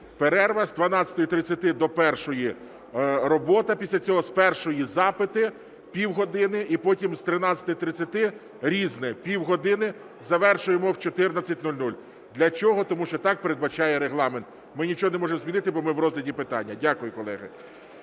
перерва. З 12:30 до першої робота. Після цього з першої запити пів години і потім з 13:30 "Різне" пів години. Завершуємо о 14:00. Для чого? Тому що так передбачає Регламент, ми нічого не можемо змінити, бо ми в розгляді питання. Дякую, колеги.